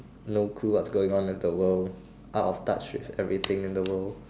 no clue what's going on with the world out of touch with everything in the world